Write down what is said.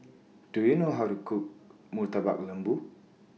Do YOU know How to Cook Murtabak Lembu